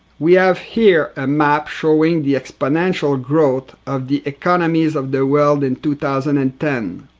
we have here a map showing the exponential growth of the economies of the world in two thousand and ten.